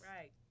Right